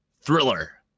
thriller